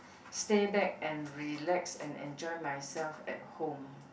stay back and relax and enjoy myself at home